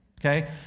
Okay